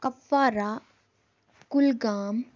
Kupwara Kulgam